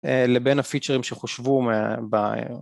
לבין הפיצ'רים שחושבו